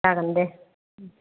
जागोन दे उम